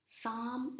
Psalm